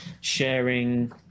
sharing